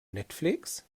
netflix